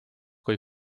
kui